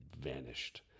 vanished